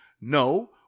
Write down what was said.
No